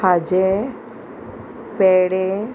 खाजें पेडे